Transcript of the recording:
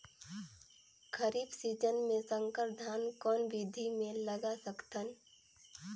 खरीफ season मे संकर धान कोन विधि ले लगा सकथन?